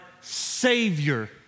Savior